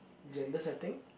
gender setting